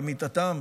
במיטתם,